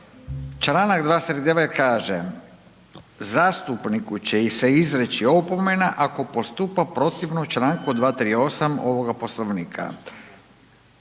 Članak 239. kaže: „Zastupniku će se izreći opomena ako postupa protivno članku 238. ovoga Poslovnika.“